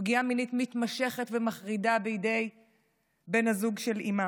פגיעה מינית מתמשכת ומחרידה בידי בן הזוג של אימה.